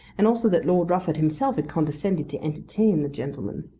and also that lord rufford himself had condescended to entertain the gentleman,